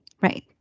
right